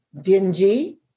dingy